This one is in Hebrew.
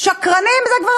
שקרנים זה כבר,